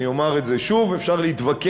אני אומר את זה שוב, אפשר להתווכח